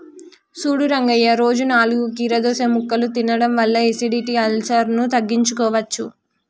సూడు రంగయ్య రోజు నాలుగు కీరదోస ముక్కలు తినడం వల్ల ఎసిడిటి, అల్సర్ను తగ్గించుకోవచ్చు